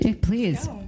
Please